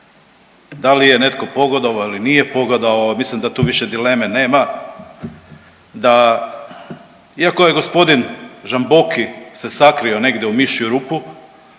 da li je netko pogodovao ili nije pogodovao, mislim da tu više dileme nema, da iako je gospodin Žamboki se sakrio negdje u mišju rupu